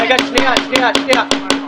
רגע, שנייה, שנייה.